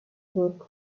book